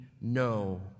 no